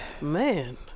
Man